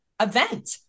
event